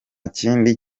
kindi